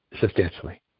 substantially